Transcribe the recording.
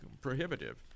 prohibitive